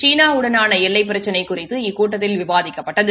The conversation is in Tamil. சீனா வுடனான எல்லை பிரச்சினை குறித்து இக்கூட்டத்தில் விவாதிக்கப்பட்டது